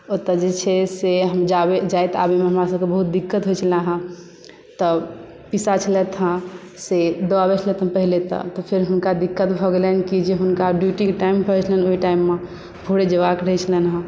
ओतय जे छै से हम जाय आबैमे हमरा सभकेँ बहुत दिक्कत होइत छलै हेँ तऽ पीसा छलथि हेँ से दऽ आबैत छलथि पहिले तऽ फेर हुनका दिक्कत भऽ गेलनि कि हुनका ड्युटीकेँ टाइम रहनि ओहि टाइममे भोरे जयबाक रहैत छलनि हेँ